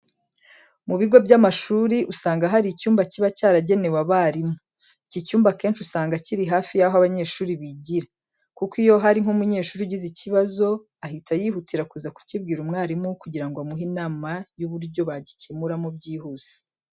Mu bigo by'amashuri, usanga hari icyumba kiba cyaragenewe abarimu. Iki cyumba akenshi usanga kiri hafi yaho abanyeshuri bigira. Kuko iyo hari nk'umunyeshuri ugize ikibazo ahita yihutira kuza kukibwira umwarimu kugira ngo amuhe inama y'uburyo bagikemuramo byihuse.